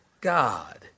God